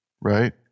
right